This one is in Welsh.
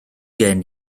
gen